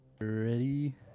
Ready